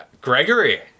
Gregory